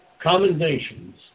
Commendations